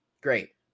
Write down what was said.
Great